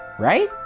right?